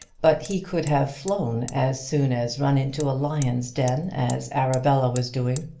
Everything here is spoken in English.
but he could have flown as soon as run into a lion's den as arabella was doing.